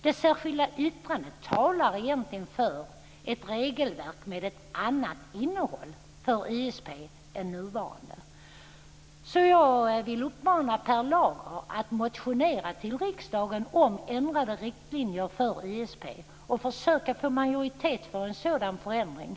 Det särskilda yttrandet talar egentligen för ett regelverk med ett annat innehåll för ISP än det nuvarande. Därför vill jag uppmana Per Lager att motionera till riksdagen om ändrade riktlinjer för ISP och att försöka få majoritet för en sådan förändring.